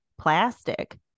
plastic